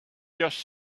just